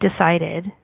decided